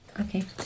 Okay